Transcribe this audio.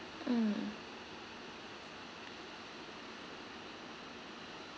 um